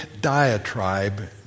diatribe